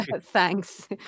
thanks